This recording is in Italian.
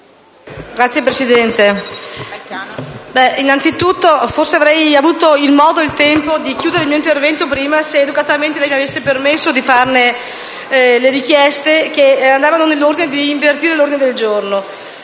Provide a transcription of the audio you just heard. Signor Presidente, innanzitutto forse avrei avuto il modo e il tempo di chiudere il mio intervento prima, se educatamente lei mi avesse permesso di avanzare le mie richieste, che andavano nel senso di invertire l'ordine del giorno.